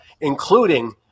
including